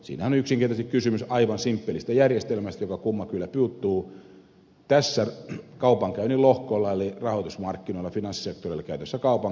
siinähän on yksinkertaisesti kysymys aivan simppelistä järjestelmästä joka kumma kyllä puuttuu tällä kaupankäynnin lohkolla eli rahoitusmarkkinoilla finanssisektorilla käytävästä kaupankäynnistä